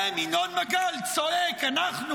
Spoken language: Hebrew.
אין, ינון מגל צועק: אנחנו,